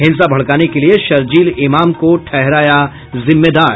हिंसा भड़काने के लिए शरजील इमाम को ठहराया जिम्मेदार